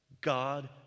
God